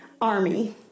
army